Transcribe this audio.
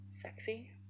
Sexy